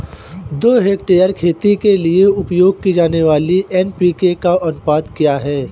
दो हेक्टेयर खेती के लिए उपयोग की जाने वाली एन.पी.के का अनुपात क्या है?